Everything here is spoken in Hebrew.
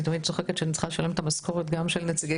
אני תמיד צוחקת שאני צריכה לשלם את המשכורת גם של נציגי